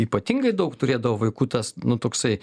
ypatingai daug turėdavo vaikų tas nu toksai